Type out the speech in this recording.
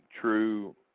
true